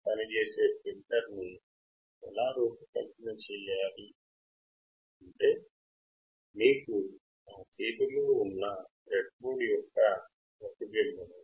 ఎందుకంటే ప్రస్తుతం మీ కోసం ఇది చిత్రం తప్ప మరొకటి కాదు